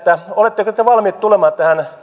oletteko te valmiit tulemaan tähän